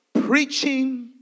preaching